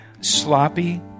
sloppy